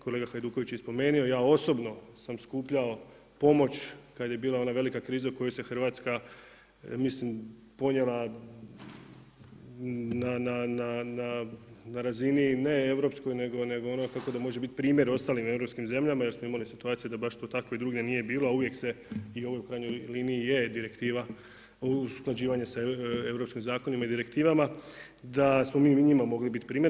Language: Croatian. Kolega Hajduković je i spomenuo, ja osobno sam skupljao pomoć kada je bila ona velika kriza u kojoj se Hrvatska mislim ponijela na razini ne europskoj nego ono kako da može biti primjer ostali europskim zemljama jer smo imali situacije da baš to tako i drugdje nije bilo a uvijek se i ovo u krajnjoj liniji i je direktiva o usklađivanju sa europskim zakonima i direktivama, da smo mi njima mogli biti primjer.